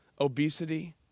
obesity